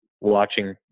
watching